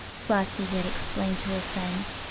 flossie would explain to her friends.